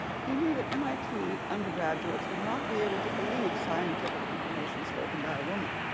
he knew that mit undergraduates would not be able to believe scientific information spoken by a woman.